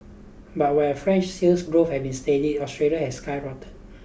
but where French sales growth have been steady Australia's has skyrocketed